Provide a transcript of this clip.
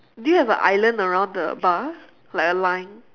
do you have a island around the bar like a line